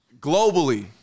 Globally